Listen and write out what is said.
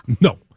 No